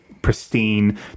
pristine